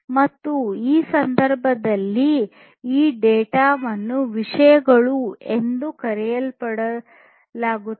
ಮತ್ತು ಈ ಸಂದರ್ಭದಲ್ಲಿ ಈ ಡೇಟಾವನ್ನು ವಿಷಯಗಳು ಎಂದು ಕರೆಯಲಾಗುತ್ತದೆ